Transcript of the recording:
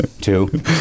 Two